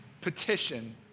petition